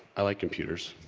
i like computers,